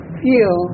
feel